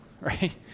right